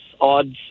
odds